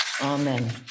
Amen